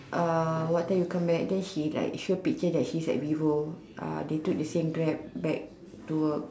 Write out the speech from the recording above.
uh what time you come back then she like show picture that she's at Vivo uh they took the same grab back to work